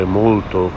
molto